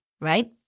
right